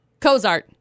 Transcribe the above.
Cozart